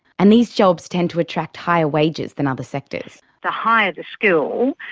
and these jobs tend to attract higher wages than other sectors. the higher the skill,